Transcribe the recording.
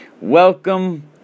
Welcome